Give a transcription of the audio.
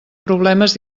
problemes